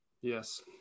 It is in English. Yes